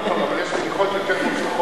נכון, אבל יש בדיחות יותר מוצלחות